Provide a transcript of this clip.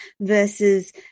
versus